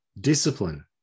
discipline